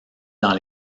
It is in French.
dans